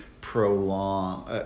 prolong